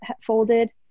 folded